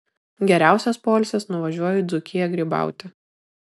geriausias poilsis nuvažiuoju į dzūkiją grybauti